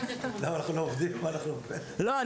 אנחנו עובדים --- לא.